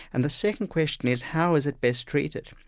and the second question is, how is it best treated?